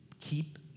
keep